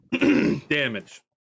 Damage